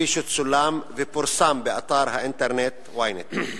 כפי שצולם ופורסם באתר האינטרנט Ynet.